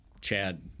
Chad